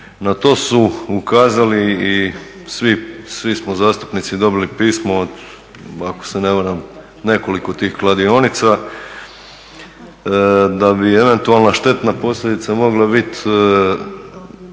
Na to su ukazali i svi smo zastupnici dobili pismo od ako se ne varam nekoliko tih kladionica da bi eventualna štetna posljedica mogla bit